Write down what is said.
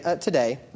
today